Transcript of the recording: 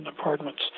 apartments